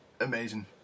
amazing